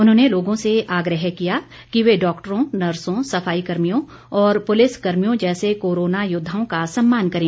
उन्होंने लोगों से आग्रह किया कि वे डॉक्टरों नर्सों सफाई कर्मियों और पुलिसकर्मियों जैसे कोरोना योद्वाओं का सम्मान करें